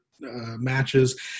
matches